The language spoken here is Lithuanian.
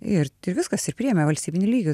ir viskas ir priėmė valstybiniu lygiu